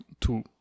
two